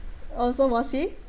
oh so was he